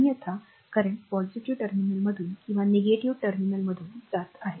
अन्यथा current positive टर्मिनलमधून किंवा negativeनकारात्मक टर्मिनलमधून जात आहे